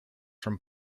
from